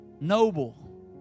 Noble